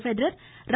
Federer ர